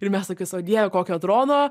ir mes tokios o dieve kokio drono